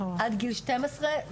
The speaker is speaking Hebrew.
עד גיל 12,